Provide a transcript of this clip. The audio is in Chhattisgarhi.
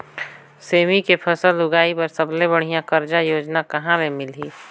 सेमी के फसल उगाई बार सबले बढ़िया कर्जा योजना कहा ले मिलही?